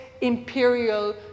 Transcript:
imperial